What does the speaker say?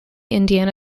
indiana